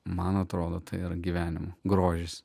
man atrodo tai yra gyvenimo grožis